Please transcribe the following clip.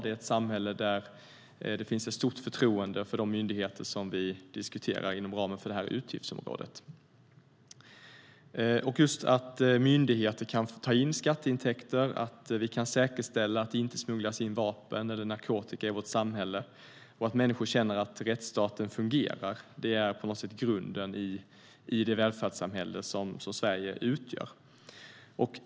Vi är ett samhälle där det finns ett stort förtroende för de myndigheter som vi diskuterar inom ramen för det här utgiftsområdet. Myndigheter kan ta in skatteintäkter. Man kan säkerställa att det inte smugglas in vapen och narkotika i vårt samhälle. Människor känner att rättsstaten fungerar. Detta är grunden i det välfärdssamhälle som Sverige utgör.